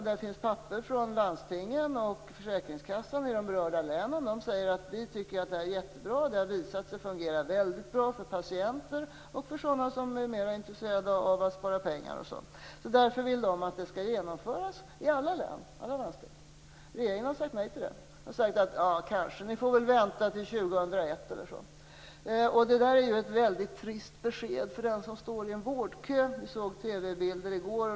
Det finns papper från landstingen och försäkringskassorna i de berörda länen. De säger att de tycker att detta är jättebra. Det har visat sig fungera väldigt bra för patienter och för sådana som är mer intresserade av att spara pengar. Därför vill de att detta skall genomföras i alla landsting. Regeringen har sagt nej till detta. Man har sagt: Kanske, ni får väl vänta till 2001 eller så. Det är ju ett mycket trist besked för den som står i en vårdkö. Vi såg TV-bilder i går.